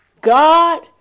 God